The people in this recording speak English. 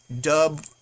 Dub